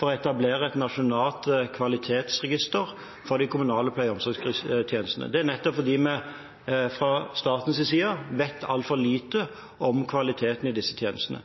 til å etablere et nasjonalt kvalitetsregister for de kommunale pleie- og omsorgstjenestene. Det gjør vi nettopp fordi vi fra statens side vet altfor lite om kvaliteten i disse tjenestene.